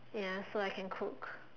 ya so I can cook